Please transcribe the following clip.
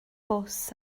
bws